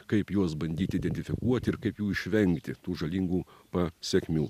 kaip juos bandyti identifikuoti ir kaip jų išvengti tų žalingų pasekmių